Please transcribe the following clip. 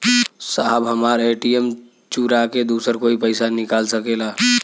साहब हमार ए.टी.एम चूरा के दूसर कोई पैसा निकाल सकेला?